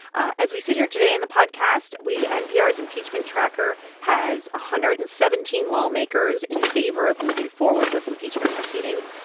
as we sit here today in the podcast, we npr's impeachment tracker has one hundred and seventeen lawmakers in favor of moving forward with impeachment proceedings.